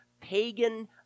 pagan